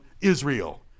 Israel